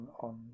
on